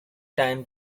time